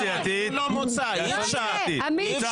זה דיון ללא מוצא, אי אפשר.